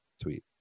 tweet